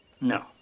No